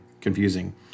confusing